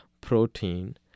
protein